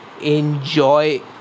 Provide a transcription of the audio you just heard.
Enjoy